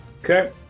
Okay